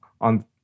on